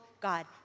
God